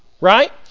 Right